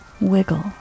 wiggle